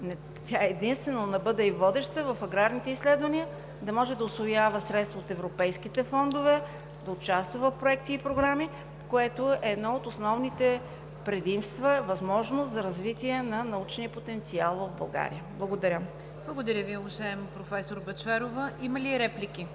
е единствена, но да бъде и водеща в аграрните изследвания, да може да усвоява средства от европейските фондове, да участва в проекти и програми, което е едно от основните предимства, възможност за развитие на научния потенциал в България. Благодаря. ПРЕДСЕДАТЕЛ НИГЯР ДЖАФЕР: Благодаря, уважаема професор Бъчварова. Има ли реплики?